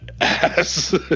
ass